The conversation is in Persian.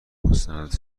مستند